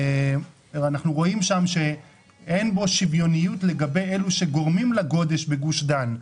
אנחנו רואים שאין במס הגודש שוויוניות לגבי אלה שגורמים לגודש בגוש דן.